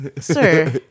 sir